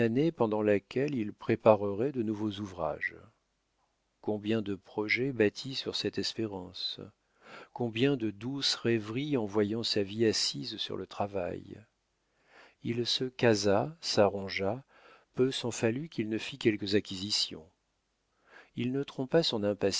pendant laquelle il préparerait de nouveaux ouvrages combien de projets bâtis sur cette espérance combien de douces rêveries en voyant sa vie assise sur le travail il se casa s'arrangea peu s'en fallut qu'il ne fît quelques acquisitions il ne trompa son